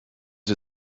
sie